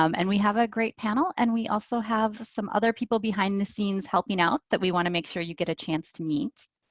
um and we have a great panel and we also have some other people behind the scenes helping out that we wanna make sure you get a chance to meet.